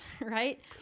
right